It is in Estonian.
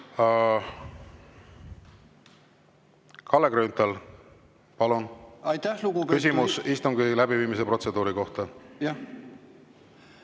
Kalle Grünthal, palun! Küsimus istungi läbiviimise protseduuri kohta.